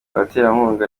abaterankunga